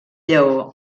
lleó